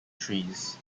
trees